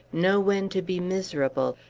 know when to be miserable,